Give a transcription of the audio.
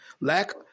Lack